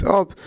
up